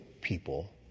people